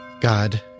God